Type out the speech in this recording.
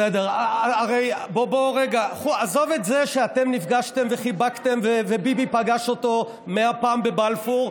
עזוב את זה שאתם נפגשתם וחיבקתם וביבי פגש אותו מאה פעם בבלפור,